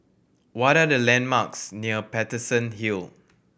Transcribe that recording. what are the landmarks near Paterson Hill